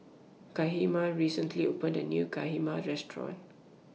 Tabetha recently opened A New Kheema Restaurant